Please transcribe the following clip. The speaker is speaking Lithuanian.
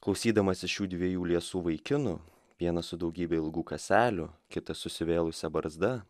klausydamasis šių dviejų liesų vaikinų vienas su daugybe ilgų kaselių kitas susivėlusia barzda